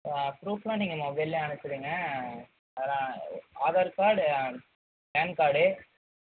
ப்ரூப்பெலாம் நீங்கள் மொபைல்லேயே அனுப்புச்சுருங்க அதெலாம் ஆதார் கார்டு பேன் கார்டு